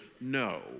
no